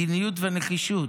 מדיניות ונחישות.